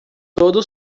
todo